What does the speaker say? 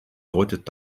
deutet